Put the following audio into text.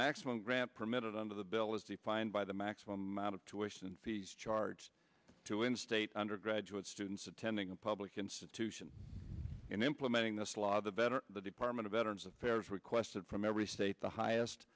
maximum grant permitted under the bill as defined by the maximum out of two issues and fees charged to in state undergraduate students attending a public institution in implementing this law the better the department of veterans affairs requested from every state the highest